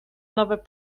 nowe